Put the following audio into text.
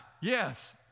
yes